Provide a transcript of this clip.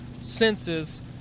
senses